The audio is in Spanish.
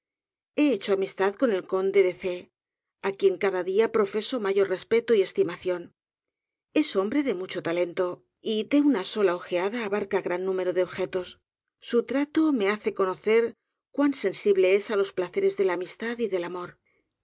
he hecho amistad con el conde de c á quien cada dia profeso mayor respecto y estimación es hombre de mucho talento y de una soja ojeada abarca gran número de objetos su trato me hace conocer cuan sensible es á los placeres de la amistad y del amor